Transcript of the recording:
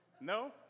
no